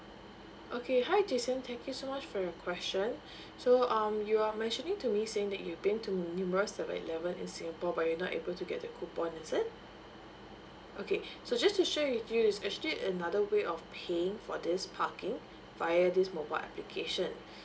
okay hi jason thank you so much for your question so um you are mentioning to me saying that you'd been to numerous seven eleven in singapore but you're not able to get the coupon is it okay so just to share with you is actually another way of paying for this parking via this mobile application